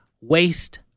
waste